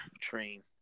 train